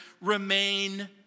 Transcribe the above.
remain